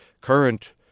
current